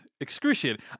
excruciating